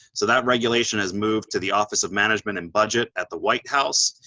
so that regulation has moved to the office of management and budget at the white house.